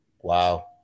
Wow